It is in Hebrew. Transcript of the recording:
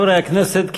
חברי הכנסת,